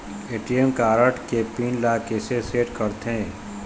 ATM card के PIN ला कैसे सेट करथे?